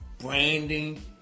branding